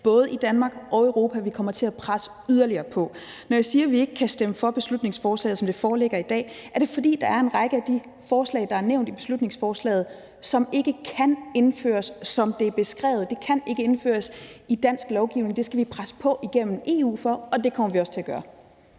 både i Danmark og i Europa. Når jeg siger, vi ikke kan stemme for beslutningsforslaget, som det foreligger i dag, er det, fordi der er en række af de forslag, der er nævnt i beslutningsforslaget, som ikke kan indføres, som de er beskrevet. De kan ikke indføres i dansk lovgivning. Det skal vi presse på igennem EU for, og det kommer vi også til at gøre.